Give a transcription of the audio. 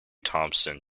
thompson